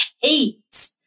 hate